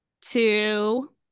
two